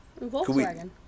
Volkswagen